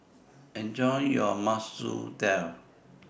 Enjoy your Masoor Dal